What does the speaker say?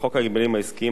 ובחוק ההגבלים העסקיים,